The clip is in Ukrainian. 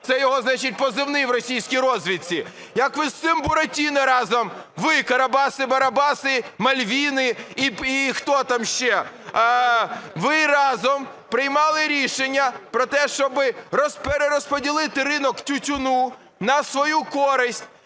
це його, значить, позивний в російській розвідці, як ви з цим "Буратіно" разом, ви, "Карабаси-Барабаси", "Мальвіни" і хто там ще, ви разом приймали рішення про те, щоб перерозподілити ринок тютюну на свою користь.